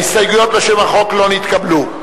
ההסתייגות לשם החוק לא נתקבלה.